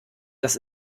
das